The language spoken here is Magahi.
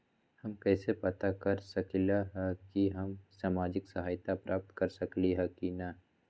हम कैसे पता कर सकली ह की हम सामाजिक सहायता प्राप्त कर सकली ह की न?